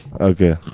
Okay